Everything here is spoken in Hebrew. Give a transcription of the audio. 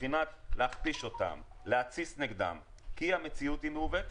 להכפיש אותם ולהתסיס נגדם כי המציאות היא מעוותת.